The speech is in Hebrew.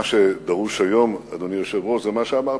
מה שדרוש היום, אדוני היושב-ראש, זה מה שאמרת.